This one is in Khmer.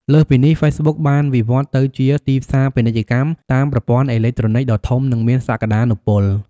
លើសពីនេះ ហ្វេសប៊ុកបានវិវត្តន៍ទៅជា ទីផ្សារពាណិជ្ជកម្មតាមប្រព័ន្ធអេឡិចត្រូនិច ដ៏ធំ និងមានសក្តានុពល។